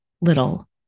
little